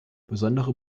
besondere